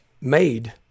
made